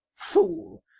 fool!